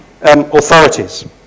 authorities